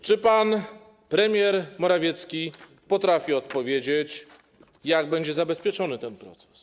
Czy pan premier Morawiecki potrafi odpowiedzieć, jak będzie zabezpieczony ten proces?